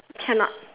cannot